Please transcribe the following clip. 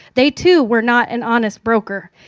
they, too, were not an honest broker.